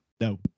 No